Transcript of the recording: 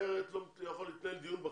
אחרת לא יכול להתנהל דיון.